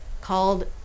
called